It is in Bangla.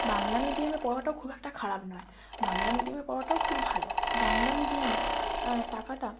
বাংলা মিডিয়ামে পড়াটাও খুব একটা খারাপ নয় বাংলা মিডিয়ামে পড়াটাও খুব ভালো বাংলা মিডিয়ামে টাকাটা